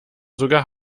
sogar